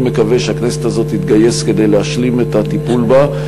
מקווה שהכנסת הזאת תתגייס כדי להשלים את הטיפול בה.